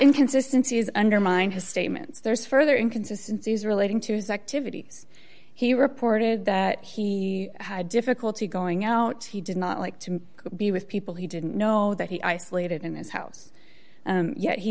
inconsistency is undermine his statements there's further inconsistency as relating to his activities he reported that he had difficulty going out he did not like to be with people he didn't know that he isolated in his house